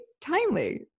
timely